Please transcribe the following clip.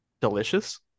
Delicious